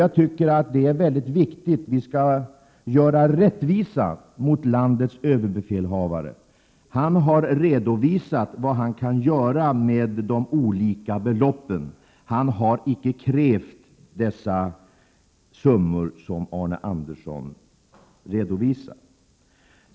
Jag tycker det är viktigt att vara rättvis mot landets överbefälhavare. Han har redovisat vad han kan göra med de olika beloppen. Han har icke krävt de summor som Arne Andersson gör gällande.